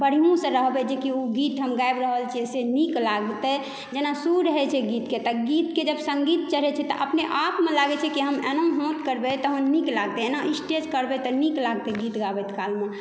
बढिऑंसँ रहबै जेकी ओ गीत हम गाबि रहल छियै से नीक लागतै जेना सुर रहै छै गीतके तऽ गीतके जब संगीत चढ़ै छै तऽ अपनेआपमे लागै छै की हम एना हाथ करबै तहन नीक लागतै एना स्टेप करबै तऽ नीक लागतै गीत गाबै कालमे